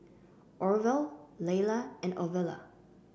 Orvel Layla and Ovila